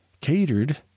catered